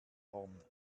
horn